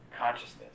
consciousness